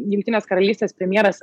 jungtinės karalystės premjeras